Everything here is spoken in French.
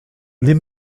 les